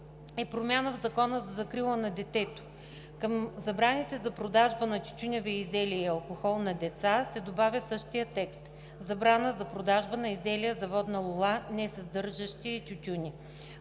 е промяна в Закона за закрила на детето. Към забраните за продажба на тютюневи изделия и алкохол на деца се добавя същият текст – забрана за продажба на изделия за водна лула, несъдържащи тютюни.